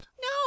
No